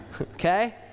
Okay